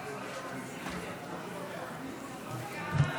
--- אישור